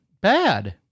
bad